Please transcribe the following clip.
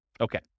Okay